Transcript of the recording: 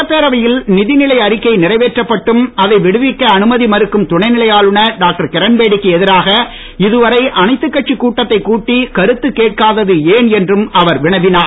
சட்டப்பேரவையில் நிதிநிலை அறிக்கை நிறைவேற்றப்பட்டும் அதை விடுவிக்க அனுமதி மறுக்கும் துணை நிலை ஆளுநர் டாக்டர் கிரண்பேடிக்கு எதிராக இதுவரை அனைத்துக் கட்சிக் கூட்டத்தை கூட்டி கருத்து கேட்காதது ஏன் என்றும் அவர் வினவினார்